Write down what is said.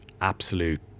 absolute